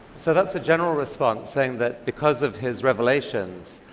so that's a general response saying that because of his revelations,